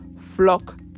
flock